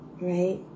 right